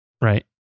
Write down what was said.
right